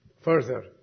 Further